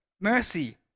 mercy